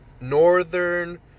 northern